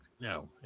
No